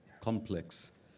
complex